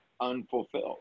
Unfulfilled